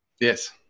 Yes